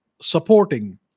supporting